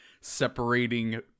separating